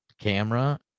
camera